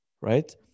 right